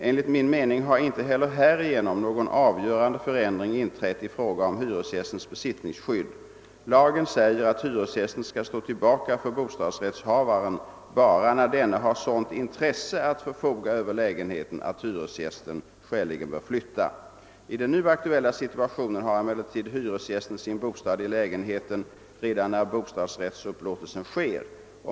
Enligt min mening har emellertid inte heller härigenom någon avgörande förändring inträtt i fråga om hyresgästens besittningsskydd. Lagen säger att hyresgästen skall stå tillbaka för bostadsrättshavaren endast när denne har sådant intresse att bevaka att hyresgästen skäligen bör flytta från lägenheten. I den nu aktuella situationen har dock hyresgästen sin bostad i lägenheten redan när bostadsrättsupplåtelsen sker.